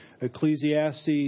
Ecclesiastes